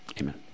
Amen